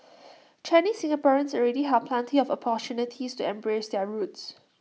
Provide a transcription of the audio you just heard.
Chinese Singaporeans already have plenty of opportunities to embrace their roots